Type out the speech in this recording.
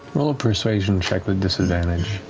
roll a persuasion check with disadvantage.